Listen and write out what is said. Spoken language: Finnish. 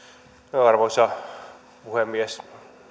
arvoisa puhemies